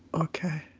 okay.